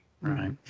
right